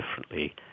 differently